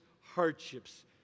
hardships